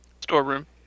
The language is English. Storeroom